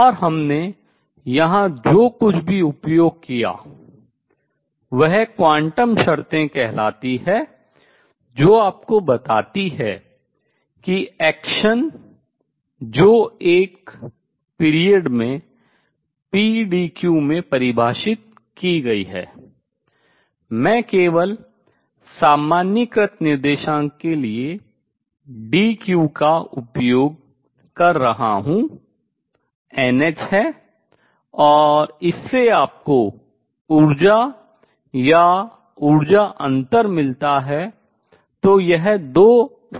और हमने यहां जो कुछ भी उपयोग किया है वह क्वांटम शर्तें कहलाती है जो आपको बताती है कि action क्रिया जो एक period काल pdq में परिभाषित की गई है मैं केवल सामान्यीकृत निर्देशांक के लिए dq का उपयोग कर रहा हूँ nh है और इससे आपको ऊर्जा या ऊर्जा अंतर मिलता है